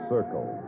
Circle